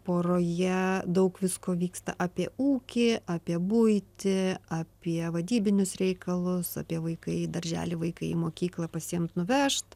poroje daug visko vyksta apie ūkį apie buitį apie vadybinius reikalus apie vaikai į darželyje vaikai į mokyklą pasiimt nuvežt